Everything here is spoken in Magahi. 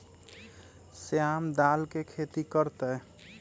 श्याम दाल के खेती कर तय